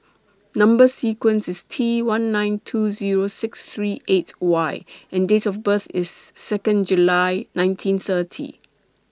Number sequence IS T one nine two Zero six three eight Y and Date of birth IS Second July nineteen thirty